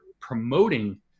promoting